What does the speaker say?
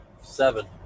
Seven